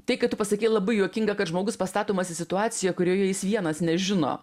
tai kad tu pasakei labai juokinga kad žmogus pastatomas į situaciją kurioje jis vienas nežino